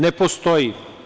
Ne postoji.